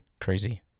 crazy